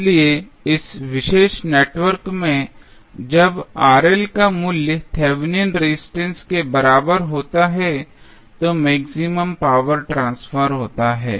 इसलिए इस विशेष नेटवर्क में जब का मूल्य थेवेनिन रेजिस्टेंस के बराबर होता है तो मैक्सिमम पावर ट्रांसफर होता है